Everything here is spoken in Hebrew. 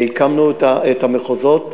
והקמנו את המחוזות,